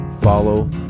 follow